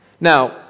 Now